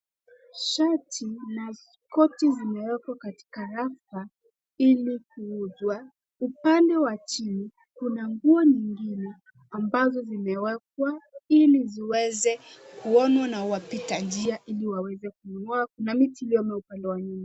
Shati na koti zimewekwa katika rafa ili kuuzwa upande wa chini kuna nguo nyigine ambazo zimewekwa ili ziweze kuonwa na wapita njia ili waweze kununua na miti iliyopo upande wa nyuma .